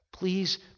please